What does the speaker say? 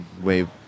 wave